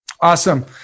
Awesome